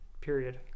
period